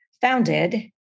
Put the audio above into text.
founded